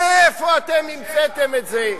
מאיפה אתם המצאתם את זה?